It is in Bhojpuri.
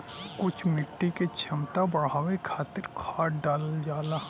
कुछ मिट्टी क क्षमता बढ़ावे खातिर खाद डालल जाला